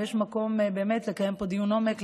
ויש מקום באמת לקיים פה דיון עומק,